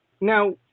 Now